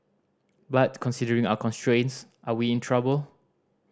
but considering our constraints are we in trouble